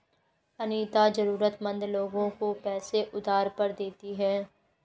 अनीता जरूरतमंद लोगों को पैसे उधार पर देती है